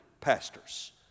pastors